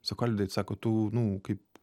sako alvydai sako tu nu kaip